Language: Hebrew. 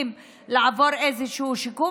צריכים לעבור איזשהו שיקום,